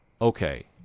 okay